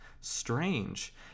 strange